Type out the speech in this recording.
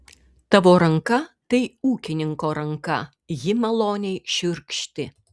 tavo ranka tai ūkininko ranka ji maloniai šiurkšti